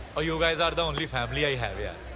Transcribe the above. ah you guys are the only family i have. yeah